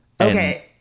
Okay